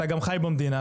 אתה גם חי במדינה,